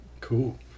Cool